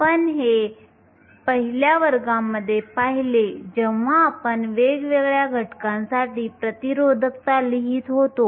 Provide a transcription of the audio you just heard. आपण हे पहिल्या वर्गामध्ये पाहिले जेव्हा आपण वेगवेगळ्या घटकांसाठी प्रतिरोधकता लिहीत होतो